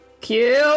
Cute